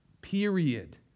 Period